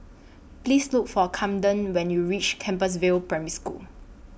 Please Look For Kamden when YOU REACH Compassvale Primary School